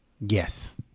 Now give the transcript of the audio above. Yes